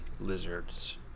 lizards